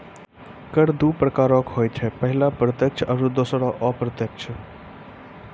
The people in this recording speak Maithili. कर दु प्रकारो के होय छै, पहिला प्रत्यक्ष आरु दोसरो अप्रत्यक्ष